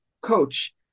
coach